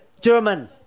German